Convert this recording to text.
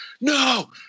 no